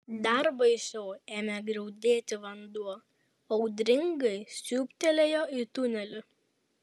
dar baisiau ėmė griaudėti vanduo audringai siūbtelėjo į tunelį